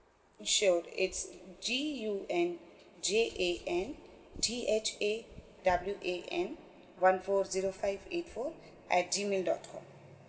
sure it's G U N J A N T H A W A N one four zero five eight four at Gmail dot com